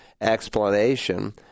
explanation